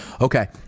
Okay